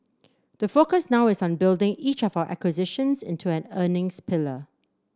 the focus now is on building each of our acquisitions into an earnings pillar